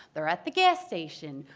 they're at the gas station.